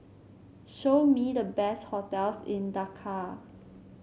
show me the best hotels in Dakar